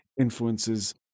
influences